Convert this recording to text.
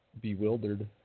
bewildered